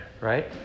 Right